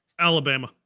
Alabama